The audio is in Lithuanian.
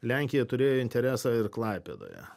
lenkija turėjo interesą ir klaipėdoje